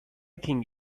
think